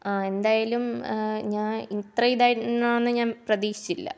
ആ എന്തായാലും ഞാൻ ഇത്ര ഇതായിരുന്നോന്ന് ഞാൻ പ്രതീക്ഷിച്ചില്ല